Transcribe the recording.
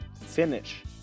finish